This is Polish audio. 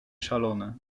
szalone